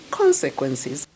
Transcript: consequences